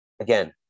again